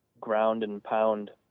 ground-and-pound